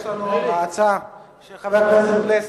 יש לנו הצעה של חבר הכנסת פלסנר,